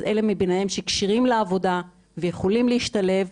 אז אלה מהם שכשירים לעבודה ויכולים להשתלב,